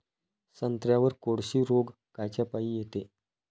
संत्र्यावर कोळशी रोग कायच्यापाई येते?